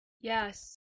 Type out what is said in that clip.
Yes